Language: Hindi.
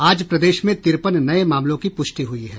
आज प्रदेश में तिरपन नये मामलों की पुष्टि हुई है